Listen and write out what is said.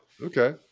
Okay